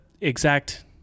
exact